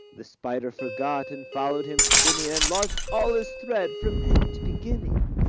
the spider forgot and followed him spinning, and lost all his thread from end to beginning.